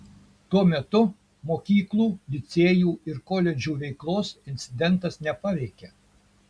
tuo metu mokyklų licėjų ir koledžų veiklos incidentas nepaveikė